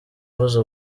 avuza